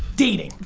dating?